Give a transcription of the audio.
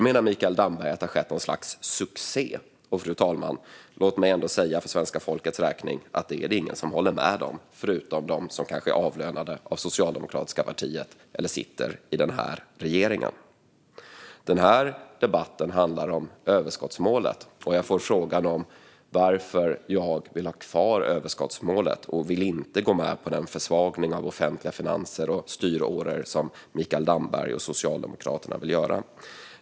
Mikael Damberg menar att det har skett något slags succé. Låt mig säga detta för svenska folkets räkning, fru talman: Det är ingen som håller med om det, förutom de som är avlönade av det socialdemokratiska partiet eller sitter i den här regeringen. Denna debatt handlar om överskottsmålet. Jag fick frågan varför jag vill ha kvar överskottsmålet och inte vill gå med på den försvagning av offentliga finanser och styråror som Mikael Damberg och Socialdemokraterna vill göra.